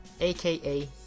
aka